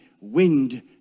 wind